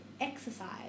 exercise